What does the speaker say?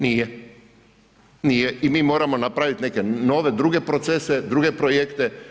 Nije, nije i mi moramo napraviti neke nove, druge procese, druge projekte.